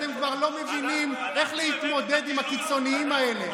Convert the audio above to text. אתם כבר לא מבינים איך להתמודד עם הקיצוניים האלה.